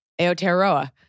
Aotearoa